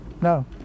no